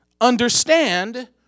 understand